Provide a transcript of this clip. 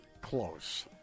close